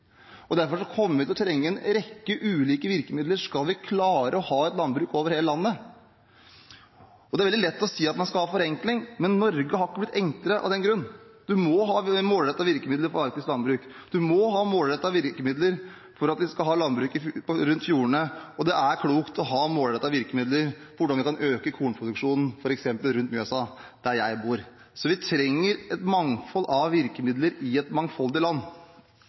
regjering. Derfor kommer vi til å trenge en rekke ulike virkemidler hvis vi skal klare å ha et landbruk over hele landet. Det er veldig lett å si at man skal ha forenkling, men Norge har ikke blitt enklere av den grunn. Man må ha målrettede virkemidler på arktisk landbruk, man må ha målrettede virkemidler for å kunne ha landbruk rundt fjordene, og det er klokt å ha målrettede virkemidler for å kunne øke kornproduksjonen f.eks. rundt Mjøsa, der jeg bor. Så vi trenger et mangfold av virkemidler i et mangfoldig land.